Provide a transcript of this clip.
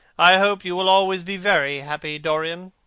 i hope you will always be very happy, dorian,